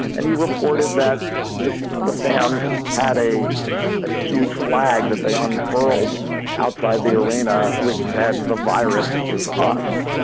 and he reported that the fans had a a huge flag that they unfurled outside the arena, which had the virus is off.